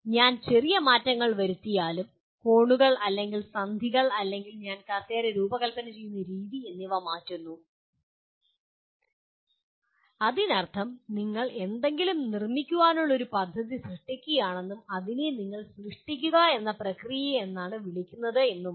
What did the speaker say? ഞാൻ ചെറിയ മാറ്റങ്ങൾ വരുത്തിയാലും കോണുകൾ അല്ലെങ്കിൽ സന്ധികൾ അല്ലെങ്കിൽ ഞാൻ കസേര രൂപകൽപ്പന ചെയ്യുന്ന രീതി എന്നിവ മാറ്റുന്നു അതിനർത്ഥം നിങ്ങൾ എന്തെങ്കിലും നിർമ്മിക്കാനുള്ള ഒരു പദ്ധതി സൃഷ്ടിക്കുകയാണെന്നും അതിനെയാണ് നിങ്ങൾ സൃഷ്ടിക്കുന്ന പ്രക്രിയയെന്ന് വിളിക്കുന്നത് എന്നുമാണ്